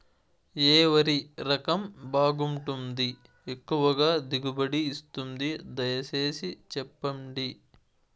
ఏ వరి రకం బాగుంటుంది, ఎక్కువగా దిగుబడి ఇస్తుంది దయసేసి చెప్పండి?